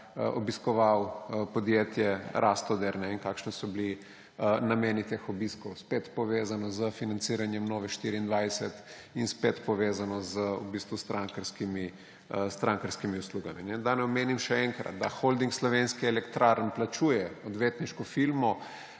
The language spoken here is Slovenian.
obiskoval podjetje Rastoder in kakšni so bili nameni teh obiskov. Spet povezano z financiranjem Nove24 in spet povezano s strankarskimi uslugami. Da ne omenim še enkrat, da Holding slovenskih elektrarn plačuje odvetniško firmo,